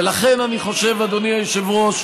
ולכן אני חושב, אדוני היושב-ראש,